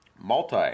multi